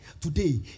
Today